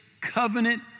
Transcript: covenant